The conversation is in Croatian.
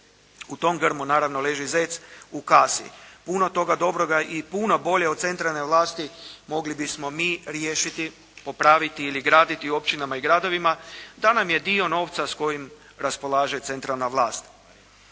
U tom grmu naravno leži zec. U kasi. Puno toga dobroga i puno bolje od centralne vlasti mogli bismo mi riješiti, popraviti ili graditi u općinama i gradovima da nam je dio novca s kojim raspolaže centralna vlast.